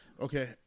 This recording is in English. Okay